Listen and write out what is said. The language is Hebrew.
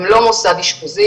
הן לא מוסד אשפוז.